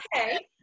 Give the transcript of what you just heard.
okay